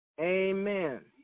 Amen